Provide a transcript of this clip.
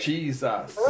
Jesus